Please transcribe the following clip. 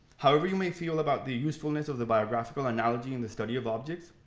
however you may feel about the usefulness of the biographical analogy in the study of objects,